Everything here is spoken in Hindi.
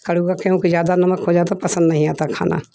कड़वा क्योंकि ज़्यादा नमक हो जाता पसंद नहीं आता खाना